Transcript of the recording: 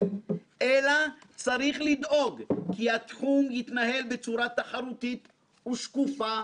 אלא צריך לדאוג כי התחום יתנהל בצורה תחרותית ושקופה